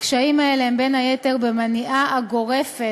הקשיים האלה הם, בין היתר, במניעה הגורפת